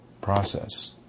process